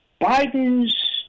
Biden's